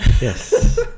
Yes